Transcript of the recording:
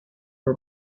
her